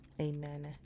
Amen